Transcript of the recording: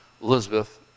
Elizabeth